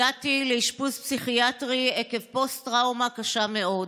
הגעתי לאשפוז פסיכיאטרי עקב פוסט-טראומה קשה מאוד.